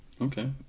Okay